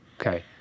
Okay